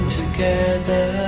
together